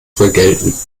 vergelten